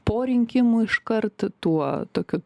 po rinkimų iškart tuo tokiu